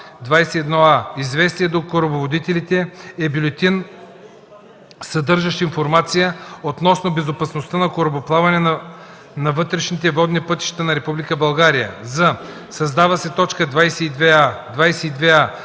„21а. „Известие до корабоводителите” е бюлетин, съдържащ информация относно безопасността на корабоплаването по вътрешните водни пътища на Република България.”; з) създава се т. 22а: „22а.